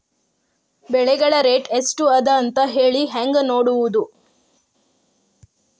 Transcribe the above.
ಬೆಳೆಗಳ ರೇಟ್ ಎಷ್ಟ ಅದ ಅಂತ ಹೇಳಿ ಹೆಂಗ್ ನೋಡುವುದು?